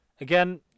Again